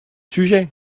sujet